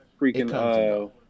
freaking